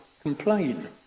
complain